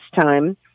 time